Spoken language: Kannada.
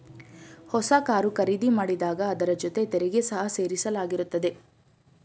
ಹೊಸ ಕಾರು ಖರೀದಿ ಮಾಡಿದಾಗ ಅದರ ಜೊತೆ ತೆರಿಗೆ ಸಹ ಸೇರಿಸಲಾಗಿರುತ್ತದೆ